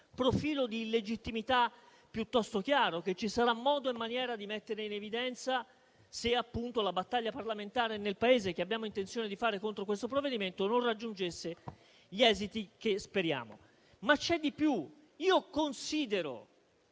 profilo di illegittimità piuttosto chiaro che ci sarà modo e maniera di mettere in evidenza se, appunto, la battaglia parlamentare nel Paese che abbiamo intenzione di fare contro questo provvedimento non raggiungesse gli esiti che speriamo. Ma c'è di più: io considero